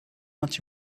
much